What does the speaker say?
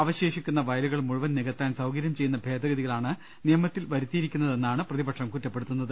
അവശേഷിക്കുന്ന വയലുകൾ മുഴുവൻ നികത്താൻ സൌകര്യം ചെയ്യുന്ന ഭേദഗതികളാണ് നിയമത്തിൽ വരുത്തിയിരിക്കുന്നതെന്നാണ് പ്രതിപക്ഷം കുറ്റപ്പെടുത്തുന്നത്